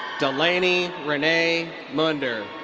delaney renae munder.